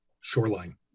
shoreline